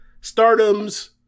Stardom's